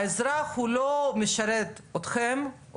האזרח הוא לא משרת אתכם,